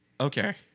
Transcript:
Okay